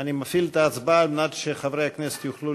אני מפעיל את ההצבעה על מנת שחברי הכנסת